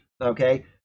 okay